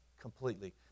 completely